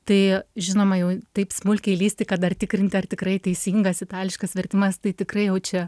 tai žinoma jau taip smulkiai lįsti kad dar tikrinti ar tikrai teisingas itališkas vertimas tai tikrai jau čia